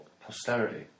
Posterity